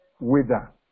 wither